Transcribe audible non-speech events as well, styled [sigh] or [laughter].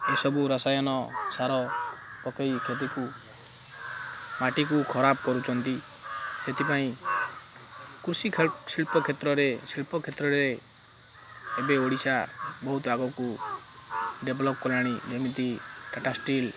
ଏସବୁ ରାସାୟନ ସାର ପକେଇ କ୍ଷତିକୁ ମାଟିକୁ ଖରାପ କରୁଛନ୍ତି ସେଥିପାଇଁ କୃଷି [unintelligible] କ୍ଷେତ୍ରରେ ଶିଳ୍ପ କ୍ଷେତ୍ରରେ ଏବେ ଓଡ଼ିଶା ବହୁତ ଆଗକୁ ଡେଭଲପ୍ କଲାଣି ଯେମିତି ଟାଟା ଷ୍ଟିଲ୍